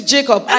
Jacob